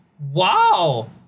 Wow